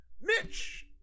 Mitch